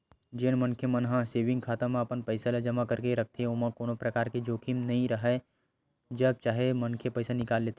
जेन मनखे मन ह सेंविग खाता म अपन पइसा ल जमा करके रखथे ओमा कोनो परकार के जोखिम नइ राहय जब चाहे मनखे पइसा निकाल लेथे